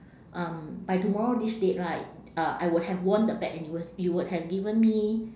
um by tomorrow this date right uh I would have won the bet and you w~ you would have given me